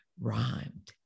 rhymed